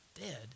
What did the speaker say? dead